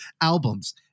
albums